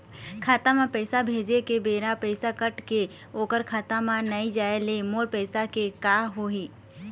खाता म पैसा भेजे के बेरा पैसा कट के ओकर खाता म नई जाय ले मोर पैसा के का होही?